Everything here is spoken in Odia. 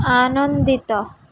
ଆନନ୍ଦିତ